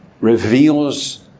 reveals